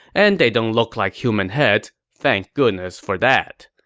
and they don't look like human heads. thank goodness for that.